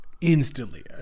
Instantly